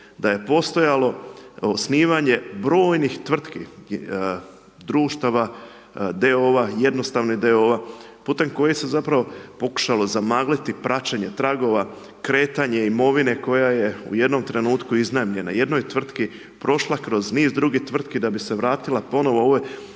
da je postojalo osnivanje brojnih tvrtki i društava d.o.o. j.d.o.o. putim kojim se pokušalo zamagliti praćenje tragova, kretanje imovine koja je u jednom trenutku iznajmljeno, u jednoj tvrtki, prošla kroz niz drugih tvrtki, da bi se vratila ponovno